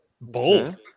Bold